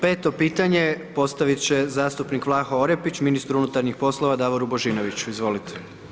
Peto pitanje postavit će zastupnik Vlaho Orepić ministru unutarnjih poslova Davoru Božinoviću, izvolite.